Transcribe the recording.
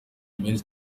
benshi